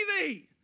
thee